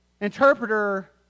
Interpreter